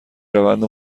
روند